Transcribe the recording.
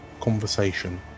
conversation